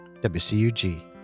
WCUG